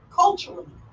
culturally